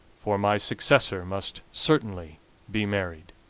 for my successor must certainly be married.